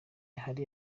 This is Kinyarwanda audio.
hari